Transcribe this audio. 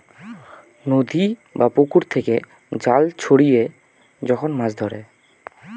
নদী বা পুকুর থেকে জাল ছড়িয়ে যখন মাছ ধরে